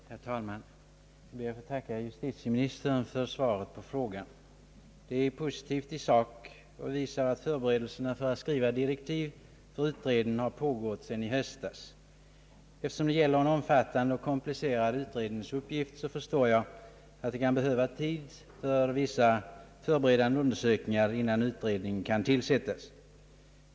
Herr talman! Jag ber att få tacka justitieministern för svaret på min fråga. Det är positivt i sak och visar att förberedelserna för att skriva direktiv för utredningen pågått sedan i höstas. Eftersom det gäller en omfattande och komplicerad utredningsuppgift förstår jag att det kan behövas tid för vissa förberedande undersökningar innan utredningen kan tillsättas.